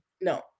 No